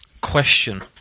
Question